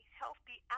healthy